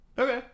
Okay